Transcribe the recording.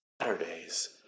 Saturdays